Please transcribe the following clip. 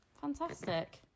Fantastic